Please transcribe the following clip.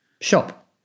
shop